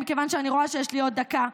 מכיוון שאני רואה שיש לי עוד דקה,